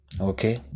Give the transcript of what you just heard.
Okay